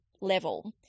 level